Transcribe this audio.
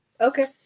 Okay